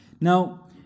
now